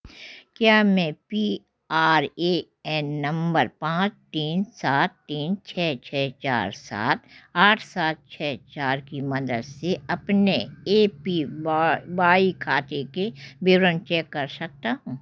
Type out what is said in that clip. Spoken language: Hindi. क्या मैं P R A N number पाँच तीन सात तीन छः छः चार सात आठ सात छः चार की मदद से अपने ए पी बा बाई खाते के विवरण चेक कर सकता हूँ